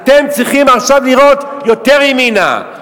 עכשיו אתם צריכים לירות יותר ימינה,